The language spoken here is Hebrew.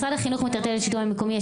משרד החינוך מפנה לשלטון המקומי,